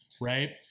Right